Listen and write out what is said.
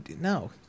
no